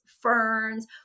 ferns